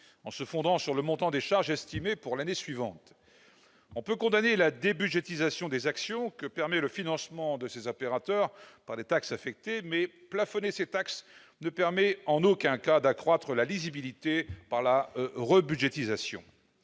en se fondant sur le montant des charges estimé pour l'année suivante. On peut condamner la débudgétisation des actions que permet le financement de ces opérateurs par des taxes affectées, mais plafonner ces taxes ne permet en aucun cas d'améliorer la lisibilité. La rebudgétisation